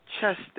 chest